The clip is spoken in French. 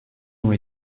ont